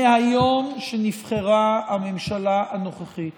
מהיום שנבחרה הממשלה הנוכחית